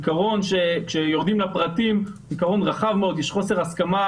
שכיורדים לפרטי העיקרון הזה יש הרבה חוסר הסכמה